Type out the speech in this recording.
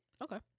Okay